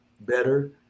better